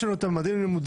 יש לנו את ממדים ללימודים,